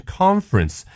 conference